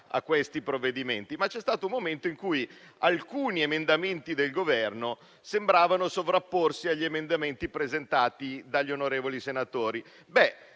a questi provvedimenti. C'è stato un momento in cui alcuni emendamenti del Governo sembravano sovrapporsi agli emendamenti presentati dagli onorevoli senatori.